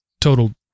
total